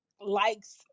likes